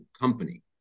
company